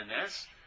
yes